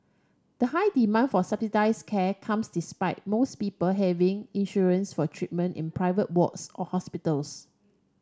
the high demand for subsidised care comes despite most people having insurance for treatment in private wards or hospitals